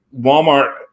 Walmart